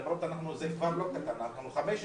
למרות שאנחנו כבר לא קטנים, אנחנו 15 חברי כנסת.